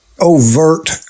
overt